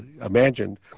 imagined